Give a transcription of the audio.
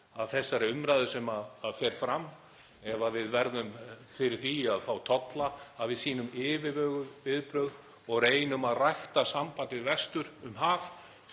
af þessari umræðu sem fer fram og ef við verðum fyrir því að fá tolla að við sýnum yfirveguð viðbrögð og reynum að rækta sambandið vestur um haf